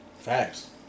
Facts